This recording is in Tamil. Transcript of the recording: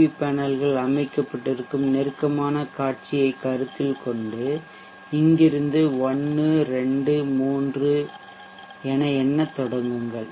வி பேனல்கள் அமைக்கப்பட்டிருக்கும் நெருக்கமான காட்சியைக் கருத்தில் கொண்டு இங்கிருந்து 1 2 3 ஐ எண்ணத் தொடங்குங்கள்